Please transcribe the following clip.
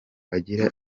agira